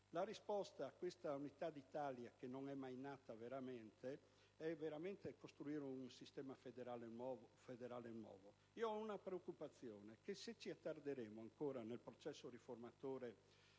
La risposta a questa Unità d'Italia che non è mai nata veramente è costruire un sistema federale nuovo. Ho la preoccupazione che, se ci attarderemo ancora nel processo riformatore,